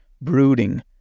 brooding